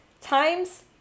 Times